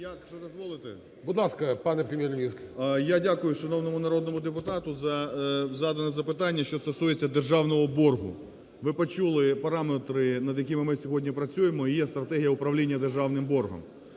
Я дякую шановному народному депутату за задане запитання, що стосується державного боргу. Ви почули параметри, над якими ми сьогодні працюємо, і є стратегія управління державним боргом.